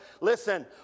listen